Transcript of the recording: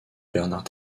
bernard